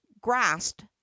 grasped